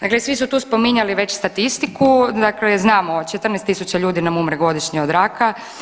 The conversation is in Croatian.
Dakle, svi su tu spominjali već statistiku, dakle znamo 14.000 ljudi nam umre godišnje od raka.